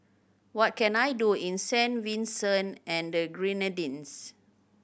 what can I do in Saint Vincent and the Grenadines